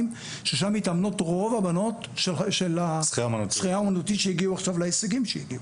ששם מתאמנות רוב הבנות של השחייה האומנותית שהגיעו עכשיו להישגים שהגיעו,